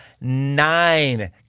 nine